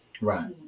Right